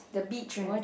the beach one